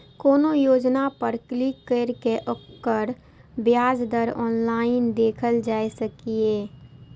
कोनो योजना पर क्लिक कैर के ओकर ब्याज दर ऑनलाइन देखल जा सकैए